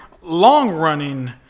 long-running